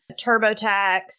TurboTax